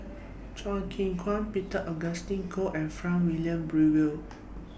Chew Kheng Chuan Peter Augustine Goh and Frank Wilmin Brewer